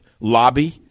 lobby